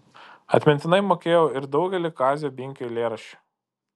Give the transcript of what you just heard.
atmintinai mokėjau ir daugelį kazio binkio eilėraščių